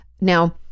Now